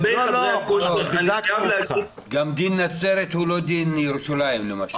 גם דין נצרת הוא לא דין ירושלים, למשל.